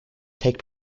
take